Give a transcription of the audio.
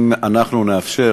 אם נאפשר